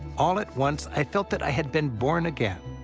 all at once, i felt that i had been born again.